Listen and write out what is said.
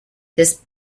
this